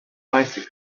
bicycles